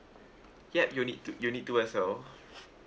yup you need to you need too as well